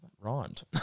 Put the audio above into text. Rhymed